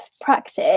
practice